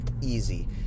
easy